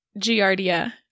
Giardia